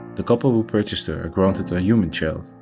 the couple who purchased her are granted a human child,